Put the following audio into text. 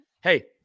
Hey